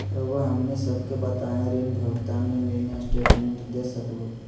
रहुआ हमनी सबके बताइं ऋण भुगतान में मिनी स्टेटमेंट दे सकेलू?